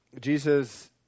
Jesus